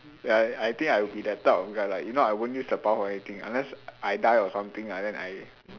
ya I think I will be that type of guy lah if not I won't use the power for anything unless I die or something ah then I